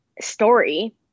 story